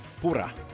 Pura